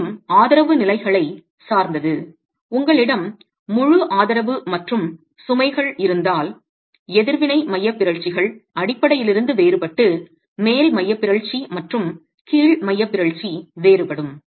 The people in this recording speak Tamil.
மீண்டும் ஆதரவு நிலைகளைச் சார்ந்தது உங்களிடம் முழு ஆதரவு மற்றும் சுமைகள் இருந்தால் எதிர்வினை மையப் பிறழ்ச்சிகள் அடிப்படையிலிருந்து வேறுபட்டு மேல் மையப் பிறழ்ச்சி மற்றும் கீழ் மையப் பிறழ்ச்சி வேறுபடும்